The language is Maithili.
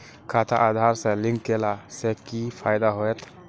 खाता आधार से लिंक केला से कि फायदा होयत?